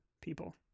people